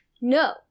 No